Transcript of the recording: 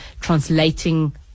translating